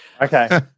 Okay